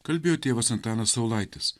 kalbėjo tėvas antanas saulaitis